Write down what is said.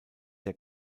der